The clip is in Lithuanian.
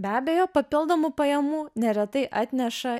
be abejo papildomų pajamų neretai atneša